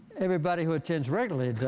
everybody who attends regularly